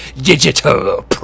Digital